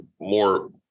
more